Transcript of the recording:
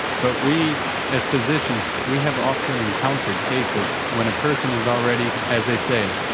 but we as physicians, we have often encountered cases when a person is already, as they say,